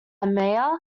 mayor